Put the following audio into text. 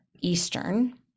Eastern